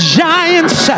giants